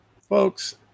Folks